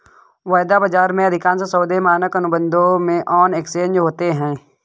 वायदा बाजार में, अधिकांश सौदे मानक अनुबंधों में ऑन एक्सचेंज होते हैं